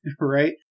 Right